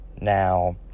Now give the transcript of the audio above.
Now